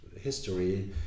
history